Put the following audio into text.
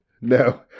No